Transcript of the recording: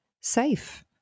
safe